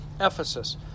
Ephesus